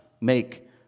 make